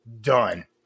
Done